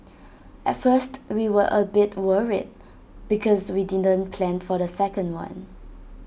at first we were A bit worried because we didn't plan for the second one